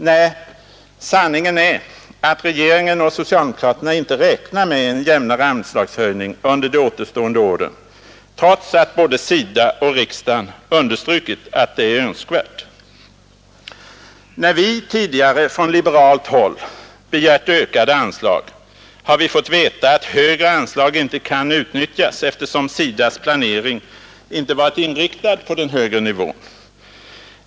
Nej, sanningen är att regeringen och socialdemokraterna inte räknar med en jämnare anslagshöjning under de återstående åren, trots att både SIDA och riksdagen understrukit att det är önskvärt. När vi från liberalt håll tidigare begärt ökade anslag har vi fått veta att högre anslag inte kan utnyttjas, eftersom SIDA:s planering inte varit inriktad på den högre nivån.